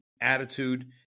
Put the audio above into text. attitude